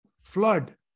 flood